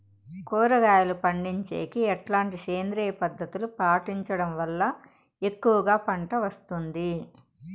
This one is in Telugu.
కూరగాయలు పండించేకి ఎట్లాంటి సేంద్రియ పద్ధతులు పాటించడం వల్ల ఎక్కువగా పంట వస్తుంది?